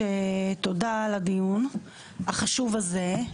תודה על הדיון החשוב הזה.